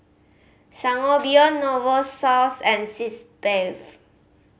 Sangobion Novosource and Sitz Bath